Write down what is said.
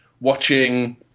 watching